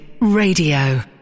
Radio